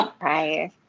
right